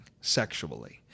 sexually